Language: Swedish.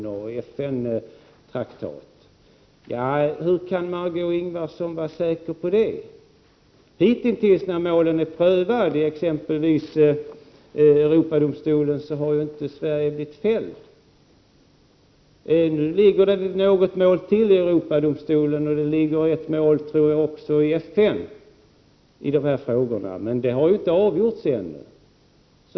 Hur kan Marg6 Ingvardsson vara säker på det? I de mål som hittills prövats i exempelvis Europadomstolen har Sverige inte blivit fällt. Nu ligger det ytterligare något mål i Europadomstolen, och det ligger också ett mål i FN i de här frågorna, men de har ännu inte avgjorts.